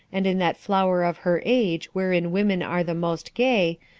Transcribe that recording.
and in that flower of her age wherein women are the most gay,